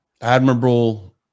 admirable